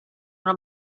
una